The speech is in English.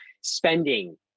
spending